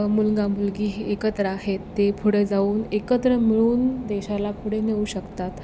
मुलगा मुलगी ही एकत्र आहेत ते पुढं जाऊन एकत्र मिळून देशाला पुढे नेऊ शकतात